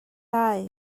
lai